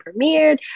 premiered